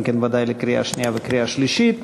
גם כן ודאי לקריאה שנייה וקריאה שלישית.